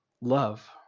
Love